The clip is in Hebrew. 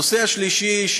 הנושא השלישי,